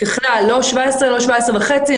לא 17 ולא 17 וחצי.